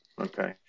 Okay